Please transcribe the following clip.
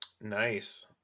nice